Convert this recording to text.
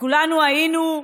וכולנו היינו,